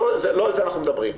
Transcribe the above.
לא על זה אנחנו מדברים,